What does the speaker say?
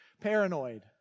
paranoid